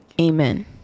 amen